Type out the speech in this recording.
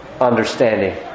understanding